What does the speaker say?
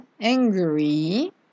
angry